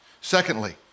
Secondly